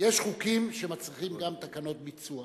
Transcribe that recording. יש חוקים שמצריכים גם תקנות ביצוע,